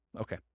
Okay